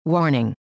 Warning